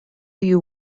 you